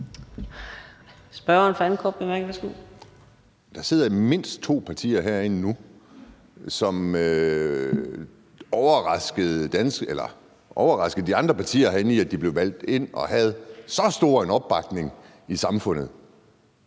Der sidder mindst to partier herinde nu, som overraskede de andre partier herinde, ved at de blev valgt ind og havde så stor en opbakning i samfundet